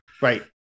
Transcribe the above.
right